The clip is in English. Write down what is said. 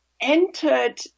entered